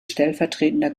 stellvertretender